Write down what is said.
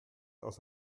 aus